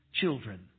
children